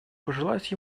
пожелать